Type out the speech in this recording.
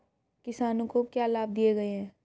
किसानों को क्या लाभ दिए गए हैं?